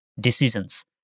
decisions